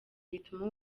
bituma